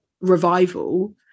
revival